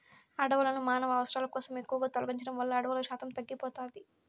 అడవులను మానవ అవసరాల కోసం ఎక్కువగా తొలగించడం వల్ల అడవుల శాతం తగ్గిపోతాది